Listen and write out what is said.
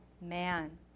Man